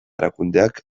erakundeak